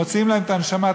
מוציאים להם את הנשמה.